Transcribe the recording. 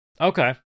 Okay